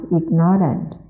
ignorant